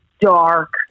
dark